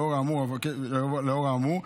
לאור האמור,